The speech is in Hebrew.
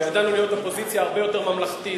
וידענו להיות אופוזיציה הרבה יותר ממלכתית,